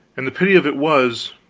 and the pity of it was,